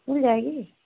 school जाएगी